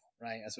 right